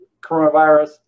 coronavirus